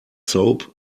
soap